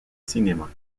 cinéma